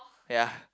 ya